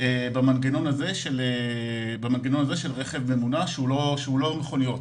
במנגנון הזה של רכב ממונע שהוא לא מכוניות,